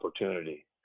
opportunity